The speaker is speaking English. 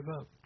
up